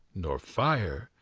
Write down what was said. nor fire,